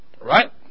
Right